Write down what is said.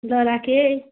ल राखेँ है